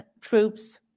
troops